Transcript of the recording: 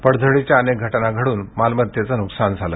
पडझडीच्या अनेक घटना घडून मालमत्तेच नुकसान झालं